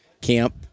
camp